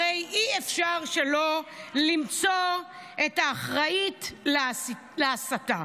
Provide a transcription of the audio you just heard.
הרי אי-אפשר שלא למצוא את האחראית להסתה.